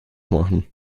machen